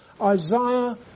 Isaiah